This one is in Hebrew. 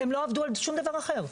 הם לא עבדו על שום דבר אחר,